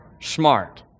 smart